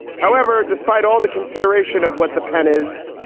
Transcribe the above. however, despite all the consideration of what the pen is,